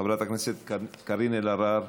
חברת הכנסת קארין אלהרר,